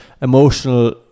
emotional